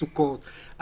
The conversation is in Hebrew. סוכות,